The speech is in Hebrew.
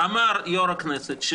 בבקשה.